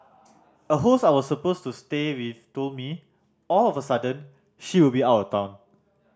a host I was supposed to stay with told me all of a sudden she would be out of town